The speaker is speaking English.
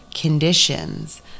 conditions